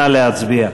נא להצביע.